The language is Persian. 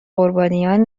قربانیان